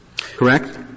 correct